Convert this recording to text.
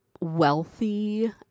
wealthy